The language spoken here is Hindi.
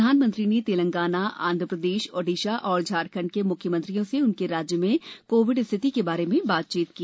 प्रधानमंत्री ने तेलंगाना आंध्र प्रदेश ओडिशा और झारखण्ड के मुख्यमंत्रियों से उनके राज्य में कोविड स्थिति के बारे में बातचीत की